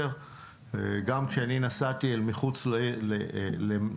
גם כשאני נסעתי אל מחוץ לישראל,